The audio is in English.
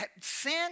sin